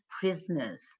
prisoners